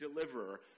deliverer